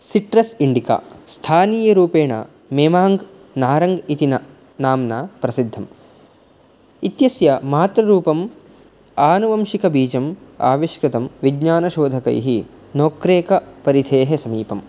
citrus indica स्थानीयरूपेण मेमाङ्ग् नारङ्ग् इति नाम्ना प्रसिद्धम् इत्यस्य मातृरूपम् आनुवंशिकबीजम् आविष्कृतं विज्ञान शोधकैः नो क्रेक परिधेः समीपम्